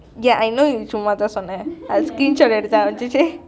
ya I know you சும்மா தான் சொன்னேன்:summa thaan sonnen screenshot எடுத்தான்:eduthaan